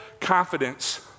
confidence